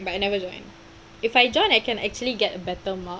but I never join if I join I can actually get a better mark